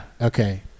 Okay